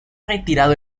retirado